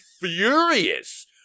furious